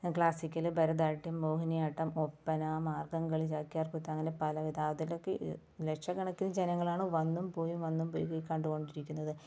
classical Bharatanatyam Mohiniyattam Oppana Margamkali Chakyar Koothu അങ്ങനെ പലവിധം അതിലൊക്കെ ലക്ഷക്കണക്കിന് ജനങ്ങളാണ് വന്നും പോയും വന്നും പോയും കണ്ടുകൊണ്ടിരിക്കുന്നത്